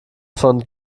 von